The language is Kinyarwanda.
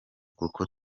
kuko